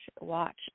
watch